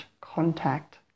contact